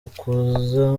ukuza